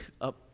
up